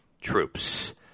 troops